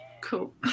Cool